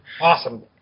Awesome